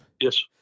Yes